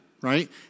right